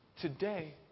Today